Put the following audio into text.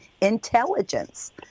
intelligence